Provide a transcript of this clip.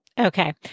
Okay